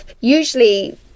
usually